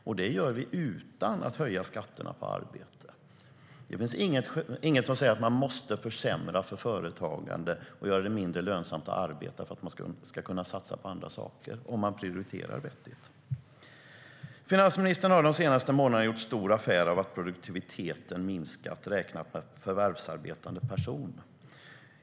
Och det gör vi utan att höja skatterna på arbete. Det finns inget som säger att man måste försämra för företagande och göra det mindre lönsamt att arbeta för att man ska kunna satsa på andra saker, om man prioriterar vettigt. Finansministern har de senaste månaderna gjort stor affär av att produktiviteten har minskat räknat per förvärvsarbetande person.